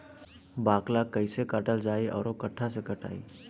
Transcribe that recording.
बाकला कईसे काटल जाई औरो कट्ठा से कटाई?